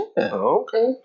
Okay